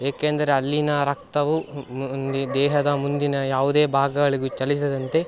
ಏಕೆಂದರೆ ಅಲ್ಲಿನ ರಕ್ತವು ದೇಹದ ಮುಂದಿನ ಯಾವುದೇ ಭಾಗಗಳಿಗೂ ಚಲಿಸದಂತೆ